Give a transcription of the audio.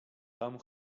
tam